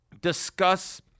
discuss